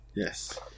Yes